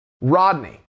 Rodney